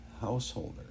householder